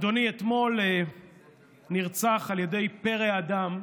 אדוני, אתמול נרצח על ידי פרא אדם,